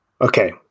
Okay